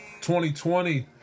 2020